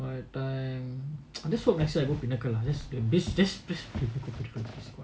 but um I just hope actually I go pinnacle lah just please